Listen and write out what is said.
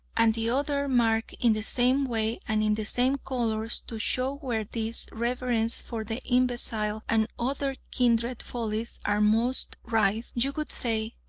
and the other marked in the same way and in the same colours to show where this reverence for the imbecile and other kindred follies are most rife, you would say,